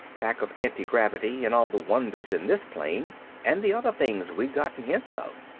back of antigravity and all the wonders in this plane and the other things we'd gotten hints of.